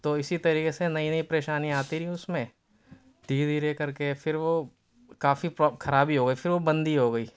تو اسی طریقے سے نئی نئی پریشانیاں آتی رہیں اس میں دھیرے دھیرے کر کے پھر وہ کافی خراب ہی ہو گئی پھر وہ بند ہی ہو گئی